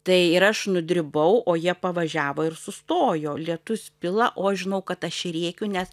tai ir aš nudribau o jie pavažiavo ir sustojo lietus pila o aš žinau kad aš rėkiu nes